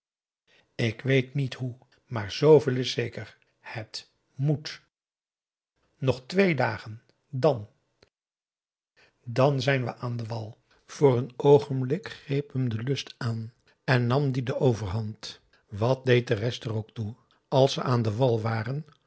ik weet niet hoe maar zooveel is zeker het moet nog twee dagen dan dan zijn we aan den wal voor een oogenblik greep hem de lust aan en nam die de overhand wat deed de rest er ook toe als ze aan den wal waren